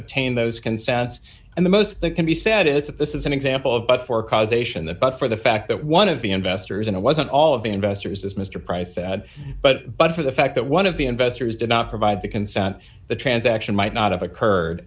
obtained those consents and the most that can be said is that this is an example but for causation the but for the fact that one of the investors in it wasn't all of the investors as mr price said but but for the fact that one of the investors did not provide the consent the transaction might not have occurred